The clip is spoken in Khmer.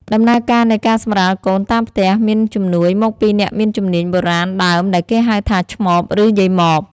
ដំណើរការនៃការសម្រាលកូនតាមផ្ទះ មានជំនួយមកពីអ្នកមានជំនាញបុរាណដើមដែលគេហៅថា ឆ្មប ឬ យាយម៉ប។